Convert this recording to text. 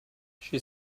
she